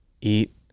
eat